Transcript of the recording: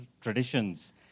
traditions